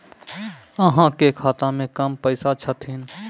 अहाँ के खाता मे कम पैसा छथिन?